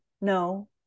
no